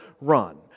run